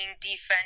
defense